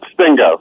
Stingo